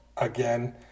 Again